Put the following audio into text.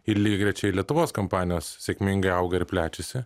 ir lygiagrečiai lietuvos kompanijos sėkmingai auga ir plečiasi